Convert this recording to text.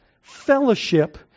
fellowship